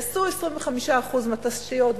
יעשו 25% מהתשתיות,